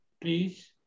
please